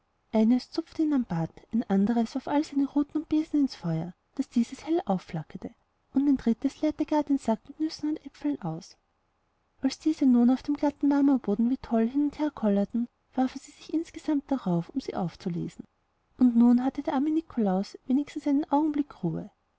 eines zupfte ihn am bart ein andres warf alle seine ruten und besen ins feuer daß dieses hell aufflackerte und ein drittes leerte gar den sack mit nüssen und äpfeln aus als diese nun auf dem glatten marmorboden wie toll hin und her kollerten warfen sie sich insgesamt darauf um sie aufzulesen und nun hatte der arme nikolaus wenigstens einen augenblick ruhe